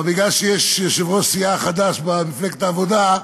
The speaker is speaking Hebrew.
אבל בגלל שיש יושב-ראש סיעה חדש במפלגת העבודה,